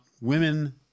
women